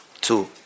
two